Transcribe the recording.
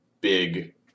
big